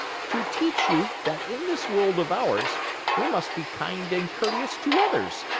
to teach you that in this world of ours we must be kind and courteous to others,